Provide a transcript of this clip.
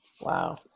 Wow